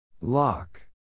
Lock